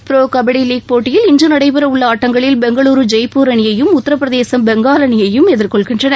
bro kabaddi league போட்டியில் இன்று நடைபெறவுள்ள ஆட்டங்களில் பெங்களூரு ஜெய்ப்பூர் அணியையும் உத்தரபிரதேஷ் பெங்கால் அணியையும் எதிர்கொள்கின்றன